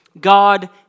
God